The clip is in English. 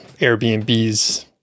airbnbs